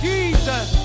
Jesus